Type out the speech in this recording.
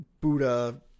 Buddha